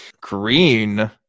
Green